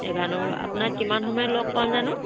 এঘাৰ নম্বৰ আপোনাক কিমান সময়ত লগ পাম জানো